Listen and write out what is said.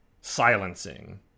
silencing